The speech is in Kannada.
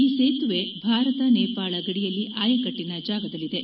ಈ ಸೇತುವೆ ಭಾರತ ನೇಪಾಳ ಗಡಿಯಲ್ಲಿ ಆಯಕಟ್ಲನ ಜಾಗದಲ್ಲಿದೆ